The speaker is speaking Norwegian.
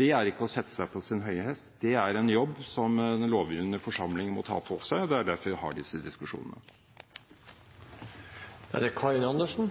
Det er ikke å sette seg på sin høye hest. Det er en jobb som den lovgivende forsamling må ta på seg. Det er derfor vi har disse